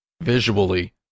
visually